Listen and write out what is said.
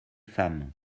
femmes